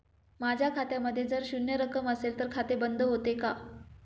माझ्या खात्यामध्ये जर शून्य रक्कम असेल तर खाते बंद होते का?